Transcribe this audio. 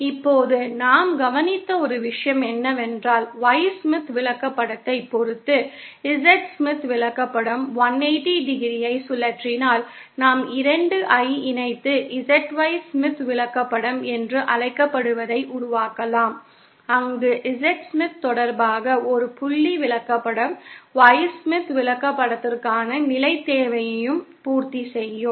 இப்போது நாம் கவனித்த ஒரு விஷயம் என்னவென்றால் Y ஸ்மித் விளக்கப்படத்தைப் பொறுத்து Z ஸ்மித் விளக்கப்படம் 180° ஐ சுழற்றினால் நாம் 2 ஐ இணைத்து ZY ஸ்மித் விளக்கப்படம் என்று அழைக்கப்படுவதை உருவாக்கலாம் அங்கு Z ஸ்மித் தொடர்பாக ஒரு புள்ளி விளக்கப்படம் Y ஸ்மித் விளக்கப்படத்திற்கான நிலைத் தேவையையும் பூர்த்தி செய்யும்